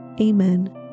Amen